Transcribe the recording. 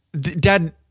dad